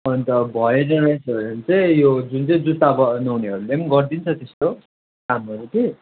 अन्त भएन भने चाहिँ यो जुन चाहिँ जुत्ता बनाउनेहरूले पनि गरदिन्छ त्यस्तो कामहरू कि